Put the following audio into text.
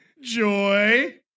Joy